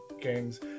games